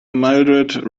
mildrid